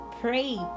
Pray